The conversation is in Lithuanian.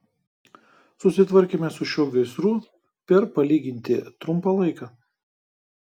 susitvarkėme su šiuo gaisru per palyginti trumpą laiką